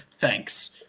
Thanks